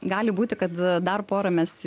gali būti kad dar pora mes